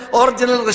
original